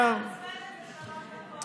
הצעה מוצמדת זה שלוש.